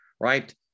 right